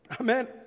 amen